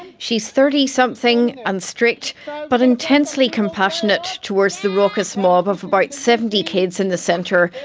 she's thirty-something and strict but intensely compassionate towards the raucous mob of about seventy kids in the centre,